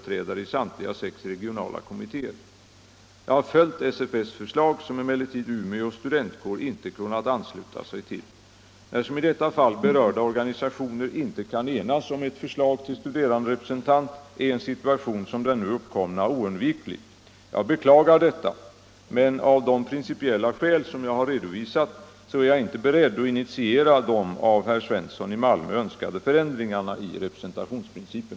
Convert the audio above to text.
30 oktober 1975 Jag har följt SFS:s förslag, som emellertid Umeå studentkår intekunnat ansluta sig till. När, som i detta fall, berörda organisationer inte kan - Om de studerandes enas om ett förslag till studeranderepresentant är en situation som den = representation i nu uppkomna oundviklig. Jag beklagar detta, men av de principiella skäl — regionala högskole jag redovisat är jag inte beredd att initiera de av herr Svensson i Malmö = kommittéer